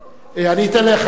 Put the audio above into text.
אני אתן לך,